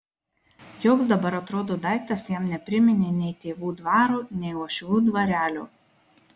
joks dabar atrodo daiktas jam nepriminė nei tėvų dvaro nei uošvių dvarelio